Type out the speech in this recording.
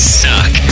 suck